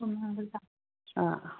ꯑꯥ